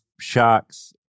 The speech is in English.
sharks